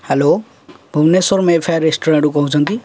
hello Bhubaneswar Mayfair ରେଷ୍ଟୁରାଣ୍ଟରୁ କହୁଛନ୍ତି